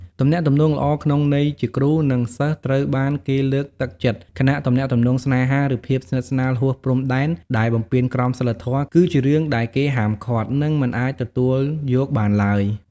ទំនាក់ទំនងល្អក្នុងន័យជាគ្រូ និងសិស្សត្រូវបានគេលើកទឹកចិត្ត ខណៈទំនាក់ទំនងស្នេហា ឬភាពស្និទ្ធស្នាលហួសព្រំដែនដែលបំពានក្រមសីលធម៌ គឺជារឿងដែលគេហាមឃាត់ និងមិនអាចទទួលយកបានទ្បើយ។